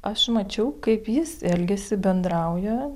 aš mačiau kaip jis elgiasi bendrauja